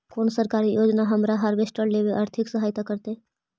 कोन सरकारी योजना हमरा हार्वेस्टर लेवे आर्थिक सहायता करतै?